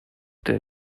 der